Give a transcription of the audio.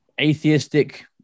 atheistic